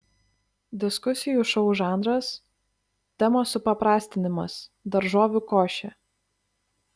diskusijų šou žanras temos supaprastinimas daržovių košė